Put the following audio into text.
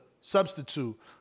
substitute